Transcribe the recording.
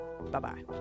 bye-bye